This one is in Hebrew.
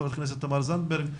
חברת הכנסת תמר זנדברג,